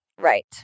Right